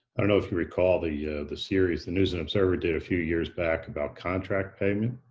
i don't know if you recall the the series the news and observer did a few years back about contract payment,